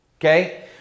okay